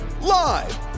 live